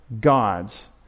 God's